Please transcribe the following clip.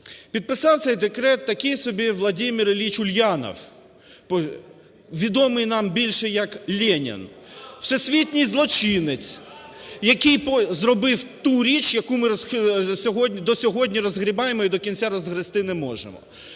Підписав цей декрет такий собі Владимир Ілліч Ульянов, відомий нам більше як Ленін, всесвітній злочинець, який зробив ту річ, яку ми сьогодні, до сьогодні розгрібаємо і до кінця розгрести не можемо.